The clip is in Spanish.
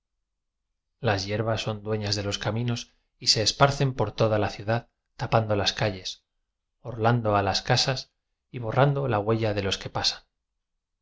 las hierbas son dueñas de los caminos y se esparcen por toda la ciu dad tapando las calles orlando a las casas y borrando la huella de los que pasan